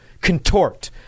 contort